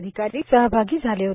अधिकारी सहभागी झाले आहेत